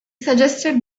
suggested